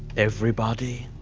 everybody.